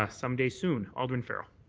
ah some day soon. alderman farrell.